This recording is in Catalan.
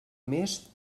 més